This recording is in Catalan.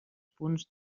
punts